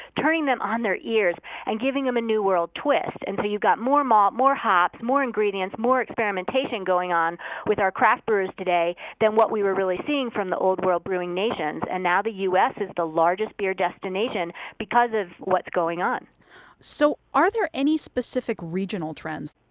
turning them on their ears and giving them a new-world twist. and so you have more malt, more hops, more ingredients, more experimentation going on with our craft brewers today than what we we're really seeing from the old-world brewing nations. and the u s. is the largest beer destination because of what's going on so are there any specific regional trends?